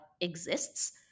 exists